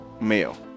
male